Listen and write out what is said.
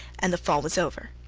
and the fall was over.